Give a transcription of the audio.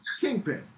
Kingpin